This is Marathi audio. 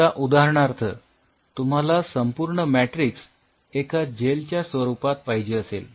समजा उदाहरणार्थ तुम्हाला संपूर्ण मॅट्रिक्स एका जेल च्या स्वरूपात पाहिजे असेल